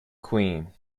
queen